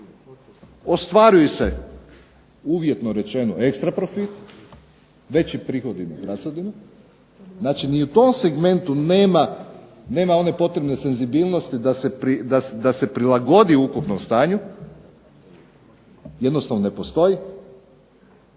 ostvarili se uvjetno rečeno ekstra profit, veći prihodi nad rashodima, znači ni u tom segmentu nema one potrebne senzibilnosti da se prilagodi ukupnom stanju, jednostavno ne postoji.